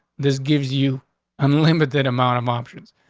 this gives you unlimited amount of options.